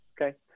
Okay